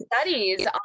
studies